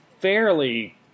fairly